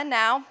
now